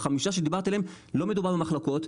ב-5 שדיברת עליהם לא מדובר במחלוקות,